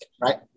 right